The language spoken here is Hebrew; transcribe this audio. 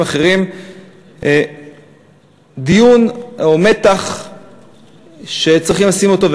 אחרים דיון או מתח שצריכים לשים אותו,